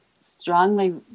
strongly